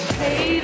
hey